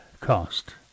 cost